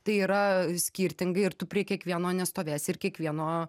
tai yra skirtingai ir tų prie kiekvieno nestovėsi ir kiekvieno